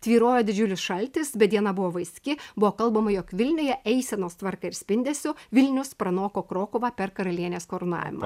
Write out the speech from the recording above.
tvyrojo didžiulis šaltis bet diena buvo vaiski buvo kalbama jog vilniuje eisenos tvarka ir spindesiu vilnius pranoko krokuvą per karalienės karūnavimą